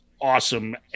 awesome